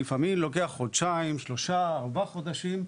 זה לפעמים לוקח חודשיים-שלושה וארבעה חודשים,